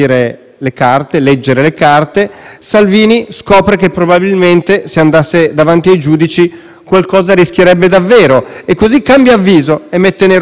qualcosa rischierebbe davvero e così cambia avviso e mette nero su bianco che pretende il pieno sostegno di tutta la maggioranza per non essere processato.